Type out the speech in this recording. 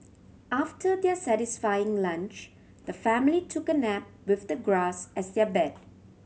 after their satisfying lunch the family took a nap with the grass as their bed